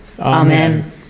Amen